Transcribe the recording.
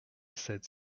sept